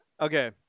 Okay